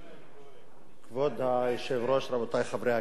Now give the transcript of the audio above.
כבוד היושב-ראש, רבותי חברי הכנסת, לאשה.